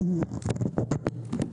אורלי, בבקשה.